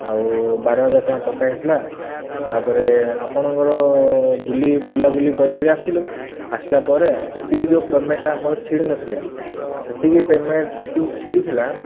ଆଉ ବାର ହଜାର ଟଙ୍କା ପକାଇଥିଲା ତା'ପରେ ଆପଣଙ୍କର ବୁଲି ବୁଲାବୁଲି କରିକିରି ଆସିଲୁ ଆସିଲା ପରେ ଯେତିକି ଯେଉଁ ପେମେଣ୍ଟ୍ଟା ଆମର ଛିଡ଼ି ନଥିଲା କି ସେତିକି ପେମେଣ୍ଟ୍ ଯେତିକି ଛିଡ଼ି ଥିଲା